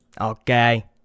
Okay